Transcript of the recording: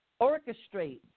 orchestrate